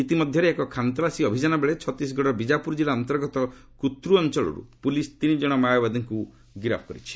ଇତିମଧ୍ୟରେ ଏକ ଖାନ୍ତଲାସୀ ଅଭିଯାନ ବେଳେ ଛତିଶଗଡ଼ର ବିଜାପୁର ଜିଲ୍ଲା ଅନ୍ତର୍ଗତ କୁର୍ତ୍ତ୍ ଅଞ୍ଚଳରୁ ପୁଲିସ୍ ତିନି ଜଣ ମାଓବାଦୀଙ୍କୁ ଗିରଫ୍ କରିଛି